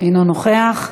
אינו נוכח.